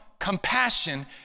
compassion